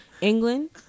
England